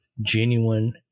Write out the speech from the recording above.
genuine